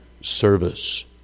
service